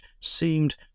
seemed